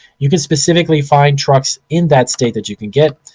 you can specifically find trucks in that state that you can get.